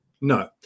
No